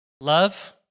Love